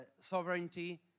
sovereignty